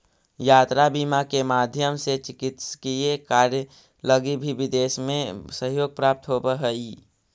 यात्रा बीमा के माध्यम से चिकित्सकीय कार्य लगी भी विदेश में सहयोग प्राप्त होवऽ हइ